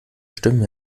stimmen